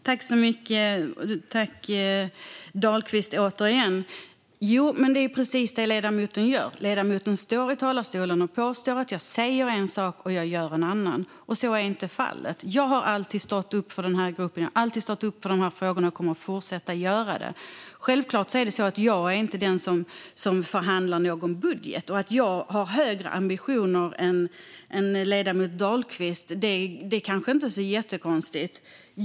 Herr talman! Jag tackar återigen Dahlqvist. Jo, men det är precis det ledamoten gör. Ledamoten står i talarstolen och påstår att jag säger en sak och gör en annan. Så är inte fallet. Jag har alltid stått upp för den här gruppen. Jag har alltid stått upp för de här frågorna, och jag kommer att fortsätta att göra det. Självklart är inte jag den som förhandlar någon budget. Att jag har högre ambitioner än ledamoten Dahlqvist är kanske inte jättekonstigt.